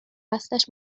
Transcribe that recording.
اصلش